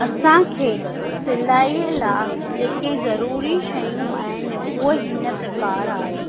असांखे सिलाईअ लाइ जेके ज़रूरी शयूं आहिनि उहे हिन प्रकार आहे